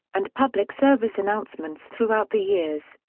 and public service announcements throughout the years.